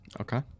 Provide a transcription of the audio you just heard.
Okay